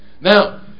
now